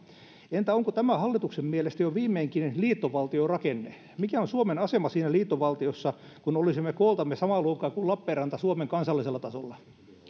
entä onko tämä hallituksen mielestä jo viimeinkin liittovaltiorakenne mikä on suomen asema siinä liittovaltiossa kun olisimme kooltamme samaa luokkaa kuin lappeenranta suomen kansallisella tasolla